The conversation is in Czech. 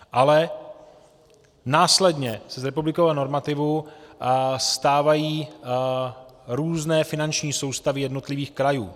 Ale následně se z republikového normativu stávají různé finanční soustavy jednotlivých krajů.